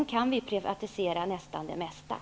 Nästan all övrig verksamhet kan privatiseras.